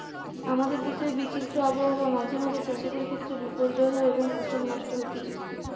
আমাদের দেশের বিচিত্র আবহাওয়া মাঁঝে মাঝে চাষিদের ক্ষেত্রে বিপর্যয় হয় এবং ফসল নষ্ট হতিছে